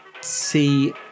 see